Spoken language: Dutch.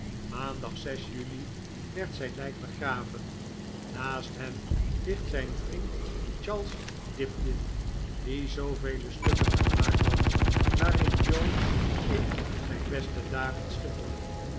maandag juni werd zijn lijk begraven naast hem ligt zijn vriend charles dibdin die zoovele stukken gemaakt had waarin joe in zijn beste dagen schitterde